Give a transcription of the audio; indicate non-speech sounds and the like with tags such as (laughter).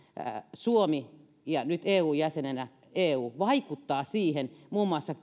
suomi nyt eun jäsenenä ja eu vaikuttavat siihen että me vaadimme sieltä muun muassa (unintelligible)